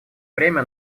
время